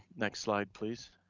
next slide, please.